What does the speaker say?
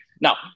Now